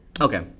Okay